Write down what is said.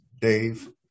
Dave